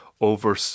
over